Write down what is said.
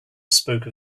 spoke